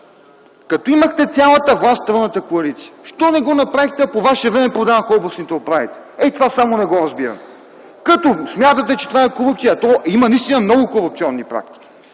като имахте цялата власт, вие от Тройната коалиция, защо не го направихте, а по Ваше време продаваха областните управители? Ей това само не го разбирам. Като смятате, че това е корупция, а то има наистина много корупционни практики,